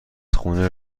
خونه